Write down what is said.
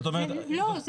לא,